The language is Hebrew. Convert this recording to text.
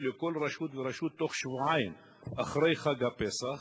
לכל רשות ורשות בתוך שבועיים אחרי חג הפסח,